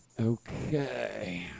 Okay